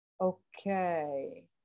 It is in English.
Okay